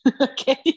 Okay